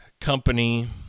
company